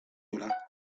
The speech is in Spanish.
dra